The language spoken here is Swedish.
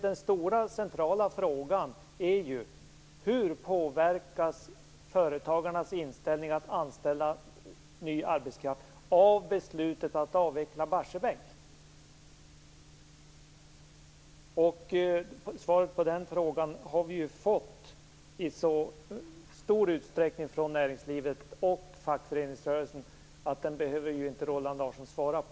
Den centrala frågan är hur företagarnas inställning till att anställa ny arbetskraft påverkas av beslutet att avveckla Barsebäck. Svaret på den frågan har vi fått från näringslivet och fackföreningsrörelsen, så den behöver Roland Larsson inte svara på.